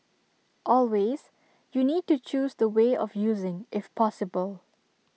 always you need to choose the way of using if possible